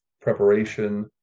preparation